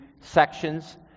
sections